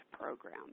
program